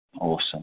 Awesome